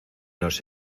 nos